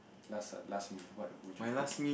last uh last meal what would you eat